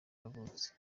yavutse